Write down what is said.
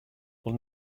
will